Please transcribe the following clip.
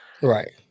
Right